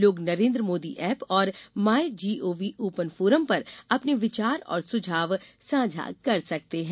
लोग नरेन्द्र मोदी ऐप और my G O V open forum पर अपने विचार और सुझाव साझा कर सकते हैं